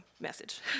message